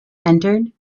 entered